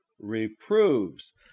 reproves